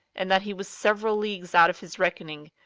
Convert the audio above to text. and that he was several leagues out of his reckoning,